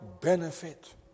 benefit